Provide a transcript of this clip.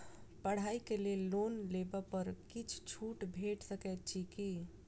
पढ़ाई केँ लेल लोन लेबऽ पर किछ छुट भैट सकैत अछि की?